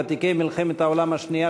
ותיקי מלחמת העולם השנייה,